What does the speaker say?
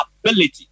ability